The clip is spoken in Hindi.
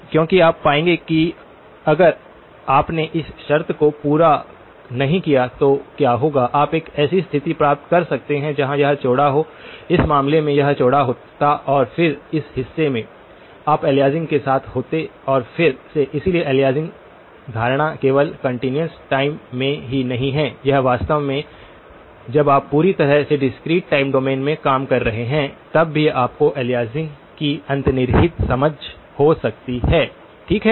क्योंकि आप पाएंगे कि अगर आपने इस शर्त को पूरा नहीं किया तो क्या होगा आप एक ऐसी स्थिति प्राप्त कर सकते हैं जहां यह चौड़ा हो इस मामले में यह चौड़ा होता और फिर इस हिस्से में आप अलियासिंग के साथ होते और फिर से इसलिए अलियासिंग धारणा केवल कंटीन्यूअस टाइम में ही नहीं है यह वास्तव में है जब आप पूरी तरह से डिस्क्रीट टाइम डोमेन में काम कर रहे हैं तब भी आपको अलियासिंग की अंतर्निहित समझ हो सकती है ठीक है